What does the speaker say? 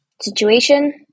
situation